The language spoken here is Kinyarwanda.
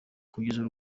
kugeza